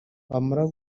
bamara